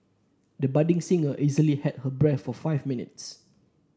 the budding singer easily held her breath for five minutes